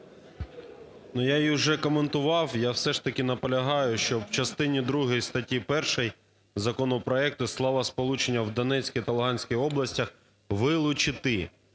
я її вже коментував. Я все ж таки наполягаю, щоб у частині другій статті 1 законопроекту словосполучення "в Донецькій та Луганській області" вилучити.